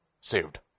saved